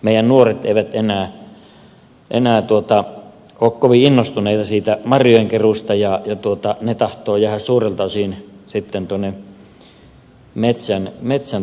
meidän nuoret eivät enää ole kovin innostuneita marjojen keruusta ja marjat tahtovat jäädä suurelta osin tuonne metsän hyväksi